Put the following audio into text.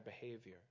behavior